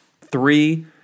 three